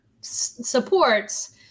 supports